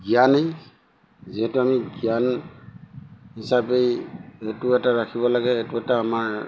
জ্ঞানেই যিহেতু আমি জ্ঞান হিচাপেই এইটো এটা ৰাখিব লাগে এইটো এটা আমাৰ